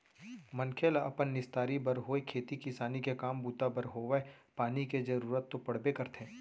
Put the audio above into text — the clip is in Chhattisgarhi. मनखे ल अपन निस्तारी बर होय खेती किसानी के काम बूता बर होवय पानी के जरुरत तो पड़बे करथे